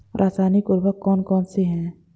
रासायनिक उर्वरक कौन कौनसे हैं?